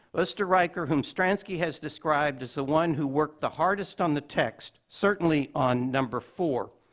oesterreicher, whom stransky has described as the one who worked the hardest on the text, certainly on number four,